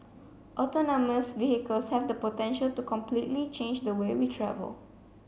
autonomous vehicles have the potential to completely change the way we travel